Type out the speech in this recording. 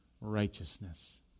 righteousness